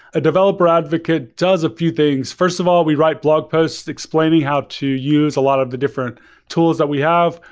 a developer advocate does a few things. first of all, we write blog posts explaining how to use a lot of the different tools that we have.